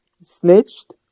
snitched